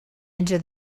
into